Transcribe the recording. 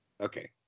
Okay